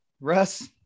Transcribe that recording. Russ